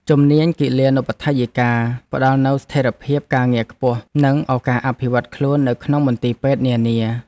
ជំនាញគិលានុបដ្ឋាយិកាផ្តល់នូវស្ថិរភាពការងារខ្ពស់ និងឱកាសអភិវឌ្ឍន៍ខ្លួននៅក្នុងមន្ទីរពេទ្យនានា។